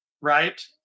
right